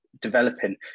developing